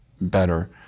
better